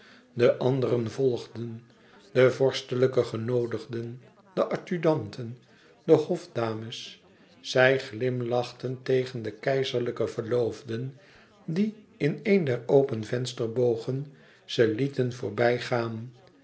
de anderen volgden de vorstelijke genoodigden de adjudanten de hofdames zij glimlachten tegen de keizerlijke verloofden die in een der open vensterbogen ze lieten